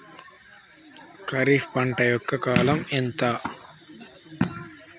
ఖరీఫ్ పంట యొక్క కాలం ఎంత?